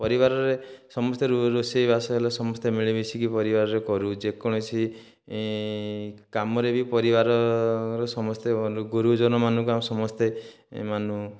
ପରିବାରରେ ସମସ୍ତେ ରୋଷେଇ ବାସ ହେଲେ ସମସ୍ତେ ମିଳିମିଶିକି ପରିବାରରେ କରୁ ଯେକୌଣସି କାମରେ ବି ସମସ୍ତ ପରିବାରର ଗୁରୁଜନ ମାନଙ୍କୁ ଆମେ ସମସ୍ତେ ଏ ମାନୁ